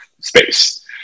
space